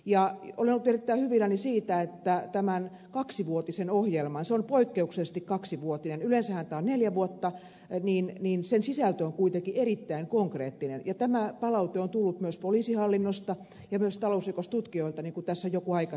olen ollut erittäin hyvilläni siitä että tämän kaksivuotisen ohjelman se on poikkeuksellisesti kaksivuotinen yleensähän se on neljä vuotta sisältö on kuitenkin erittäin konkreettinen ja tämä palaute on tullut myös poliisihallinnosta ja myös talousrikostutkijoilta niin kuin tässä joku aikaisemmin jo totesi